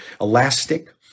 elastic